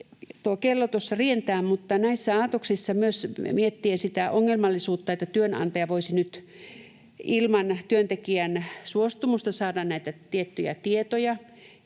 Kello tuossa rientää, mutta näissä aatoksissa myös mietin sitä ongelmallisuutta, että työnantaja voisi nyt ilman työntekijän suostumusta saada näitä tiettyjä tietoja,